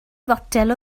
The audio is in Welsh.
fotel